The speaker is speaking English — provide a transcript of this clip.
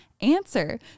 answer